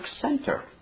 center